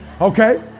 Okay